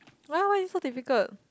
why why so difficult